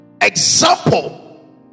example